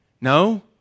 No